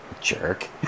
Jerk